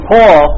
Paul